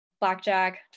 Blackjack